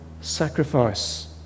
sacrifice